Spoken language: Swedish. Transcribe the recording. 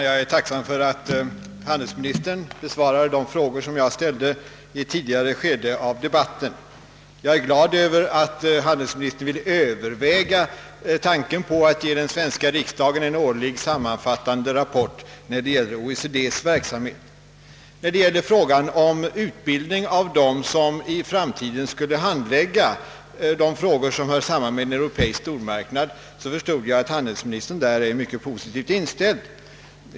Herr talman! Jag tackar handelsministern för att han besvarat de frågor som jag ställde i ett tidigare skede av debatten. Jag är glad över att handelsministern vill överväga tanken på att ge den svenska riksdagen en årlig sammanfattande rapport rörande OECD:s verksamhet. När det gäller utbildning av dem som i framtiden kommer att handlägga de frågor som hör samman med en europeisk stormarknad förstod jag att handelsministern har en mycket postitiv inställning.